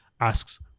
asks